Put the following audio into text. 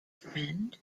friend